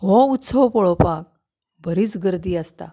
हो उत्सव पळोवपाक बरीच गर्दी आसता